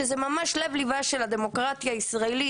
שזה ממש לב ליבה של הדמוקרטיה הישראלית,